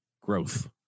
growth